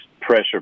pressure